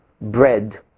bread